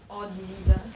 all diseases